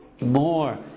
more